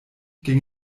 ging